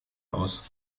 aus